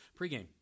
pregame